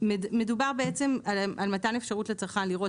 מדובר בעצם על מתן אפשרות לצרכן לראות